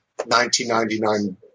1999